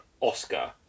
Oscar